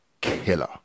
killer